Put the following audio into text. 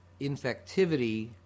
infectivity